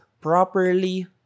properly